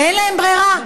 ואין להם ברירה,